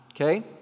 Okay